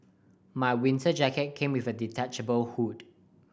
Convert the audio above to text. my winter jacket came with a detachable hood